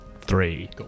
Three